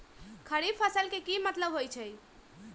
खरीफ फसल के की मतलब होइ छइ?